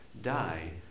die